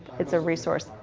it's a resource.